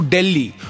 Delhi